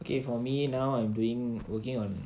okay for me now I'm doing working on